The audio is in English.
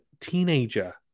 Teenager